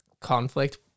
conflict